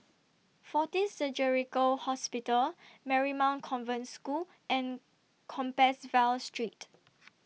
Fortis Surgical Hospital Marymount Convent School and Compassvale Street